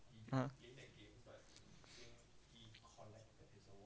uh